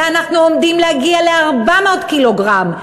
ואנחנו עומדים להגיע ל-400 ק"ג.